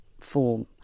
form